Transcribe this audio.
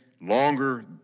longer